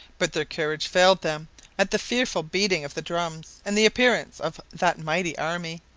but their courage failed them at the fearful beating of the drums and the appearance of that mighty army,